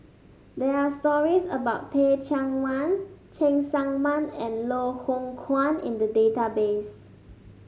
there are stories about Teh Cheang Wan Cheng Tsang Man and Loh Hoong Kwan in the database